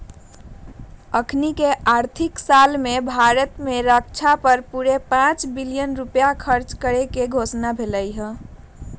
अखनीके आर्थिक साल में भारत में रक्षा पर पूरे पांच बिलियन रुपइया खर्चा करेके घोषणा भेल हई